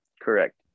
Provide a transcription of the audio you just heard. Correct